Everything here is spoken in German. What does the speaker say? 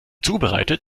zubereitet